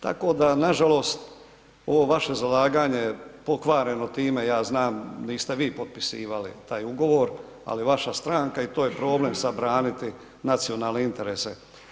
Tako da nažalost ovo vaše zalaganje je pokvareno time, ja znam, niste vi potpisivali taj ugovor, ali vaša stranka i to je problem sad braniti nacionalne interese.